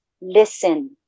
Listen